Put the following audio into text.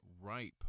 ripe